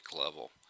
level